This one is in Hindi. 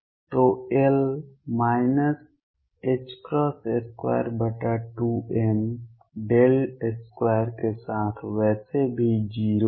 तो L 22m2 के साथ वैसे भी 0 है